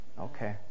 Okay